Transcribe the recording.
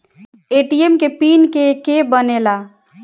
ATM के pin के के बनेला?